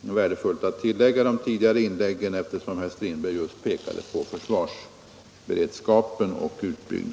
värdefullt att tillägga till de tidigare inläggen, eftersom herr Strindberg pekade på frågan om försvarsberedskapen i detta sammanhang.